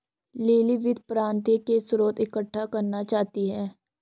lily वित्त प्राप्ति के स्रोत इकट्ठा करना चाहती है